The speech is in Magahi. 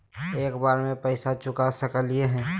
एक बार में पैसा चुका सकालिए है?